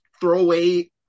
throwaway